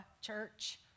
church